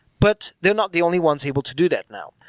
but they're not the only ones able to do that now.